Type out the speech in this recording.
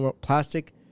Plastic